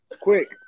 Quick